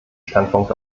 standpunkt